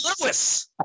Lewis